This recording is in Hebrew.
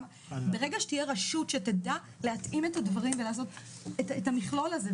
ברגע שתהיה איזושהי רשות שתדע להתאים דברים ולעשות את המכלול הזה,